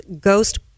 ghost